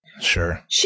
Sure